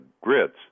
grits